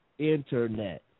Internet